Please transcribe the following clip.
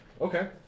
Okay